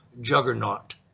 juggernaut